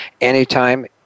anytime